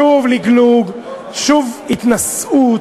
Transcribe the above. שוב לגלוג, שוב התנשאות,